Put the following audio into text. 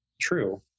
true